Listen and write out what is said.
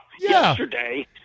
yesterday